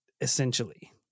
essentially